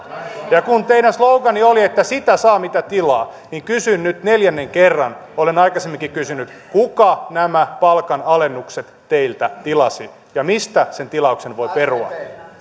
ja kun teidän sloganinne oli että sitä saa mitä tilaa niin kysyn nyt neljännen kerran olen aikaisemminkin kysynyt kuka nämä palkanalennukset teiltä tilasi ja mistä sen tilauksen voi perua